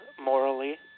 morally